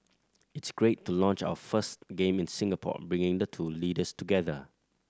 it's great to launch our first game in Singapore bringing the two leaders together